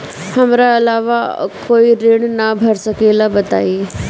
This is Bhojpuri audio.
हमरा अलावा और कोई ऋण ना भर सकेला बताई?